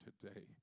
today